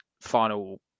final